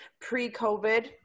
pre-COVID